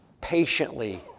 Patiently